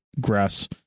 grass